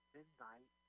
Midnight